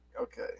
okay